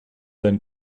than